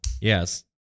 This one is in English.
Yes